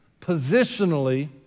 positionally